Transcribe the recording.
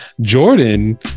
Jordan